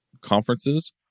conferences